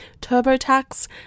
TurboTax